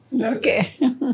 Okay